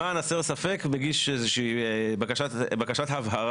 למען הסר ספק מגיש איזה שהיא בקשת הבהרה,